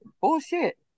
Bullshit